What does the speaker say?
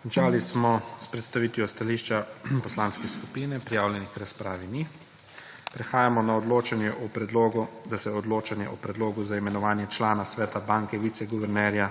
Končali smo s predstavitvijo stališča poslanske skupine. Prijavljenih k razpravi ni. Prehajamo na odločanje o predlogu, da se odločanje o Predlogu za imenovanje člana Sveta banke – viceguvernerja